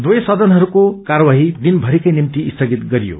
दुवै सदनहरूको कार्यवाही दिन भराकै निम्ति स्थगित गरियो